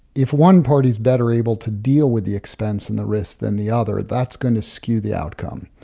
if one party is better able to deal with the expense and the risk than the other, that's going to skew the outcome.